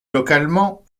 localement